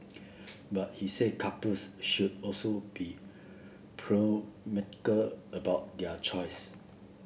but he said couples should also be about their choice